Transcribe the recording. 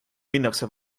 minnakse